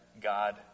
God